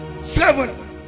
seven